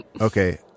Okay